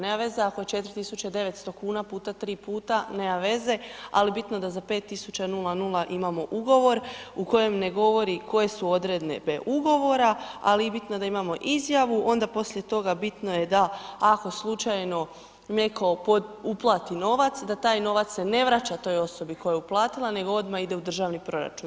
Nema veze ako je 4900 kn puta 3 puta, nema veze, ali bitno da za 5000,00 imamo ugovor u kojem ne govori koje su odredbe ugovora, ali bitno da imamo izjavu, onda poslije toga, bitno je da ako slučajno netko uplati novac, da taj novac se ne vraća toj osobi koja je uplatila, nego odmah ide u državni proračun.